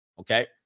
okay